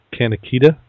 Kanakita